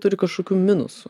turi kažkokių minusų